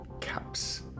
Caps